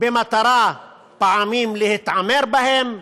פעמים במטרה להתעמר בהם,